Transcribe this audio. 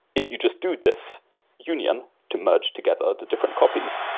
if you just do this union to merge together the different copies,